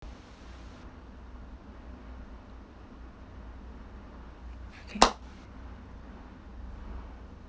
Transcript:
okay